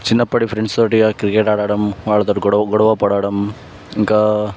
చిన్నప్పటి ఫ్రెండ్స్ తోటి ఆ క్రికెట్ ఆడడం వాళ్లతోటి గొడవ గొడవ పడడం ఇంకా